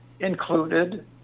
Included